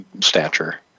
stature